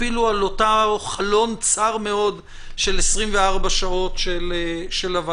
אפילו על אותו חלון צר מאוד של 24 שעות של הוועדה.